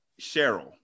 Cheryl